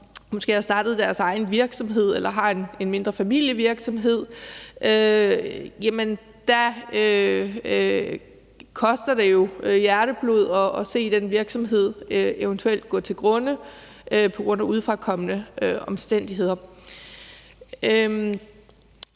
måske har startet deres egen virksomhed eller har en mindre familievirksomhed, koster det jo hjerteblod at se den virksomhed eventuelt gå til grunde på grund af udefrakommende omstændigheder.